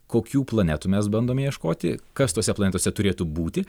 kokių planetų mes bandome ieškoti kas tose planetose turėtų būti